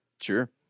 sure